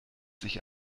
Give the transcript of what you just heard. sich